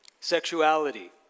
Sexuality